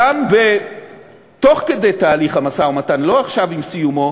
גם תוך כדי המשא-ומתן, לא עכשיו, עם סיומו,